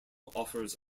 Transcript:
offers